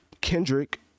Kendrick